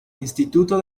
instituto